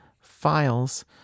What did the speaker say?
files